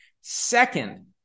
Second